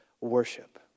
worship